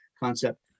Concept